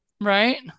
Right